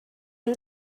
hem